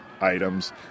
items